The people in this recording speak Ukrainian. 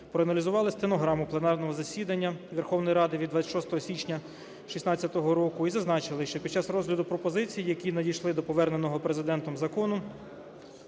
проаналізували стенограму пленарного засідання Верховної Ради від 26 січня 2016 року і зазначили, що під час розгляду пропозицій, які надійшли до поверненого Президентом закону,